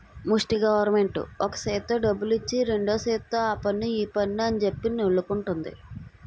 ముస్టి గవరమెంటు ఒక సేత్తో డబ్బులిచ్చి రెండు సేతుల్తో ఆపన్ను ఈపన్ను అంజెప్పి నొల్లుకుంటంది